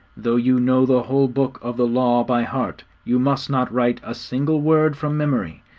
though you know the whole book of the law by heart, you must not write a single word from memory,